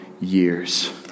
years